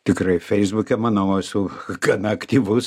tikrai feisbuke manau esu gana aktyvus